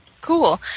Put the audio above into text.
Cool